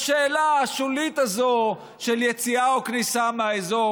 בשאלה השולית הזו של יציאה או כניסה מהאזור,